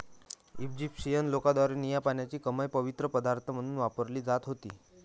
Egyptian लोकांद्वारे निळ्या पाण्याची कमळ पवित्र पदार्थ म्हणून वापरली जात होती